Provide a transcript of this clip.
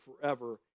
forever